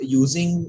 using